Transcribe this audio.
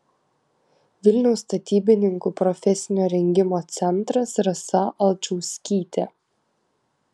vilniaus statybininkų profesinio rengimo centras rasa alčauskytė